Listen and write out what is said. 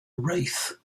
wraith